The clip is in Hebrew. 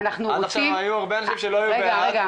עד עכשיו היו הרבה אנשים שלא היו בעד.